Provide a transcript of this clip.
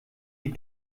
die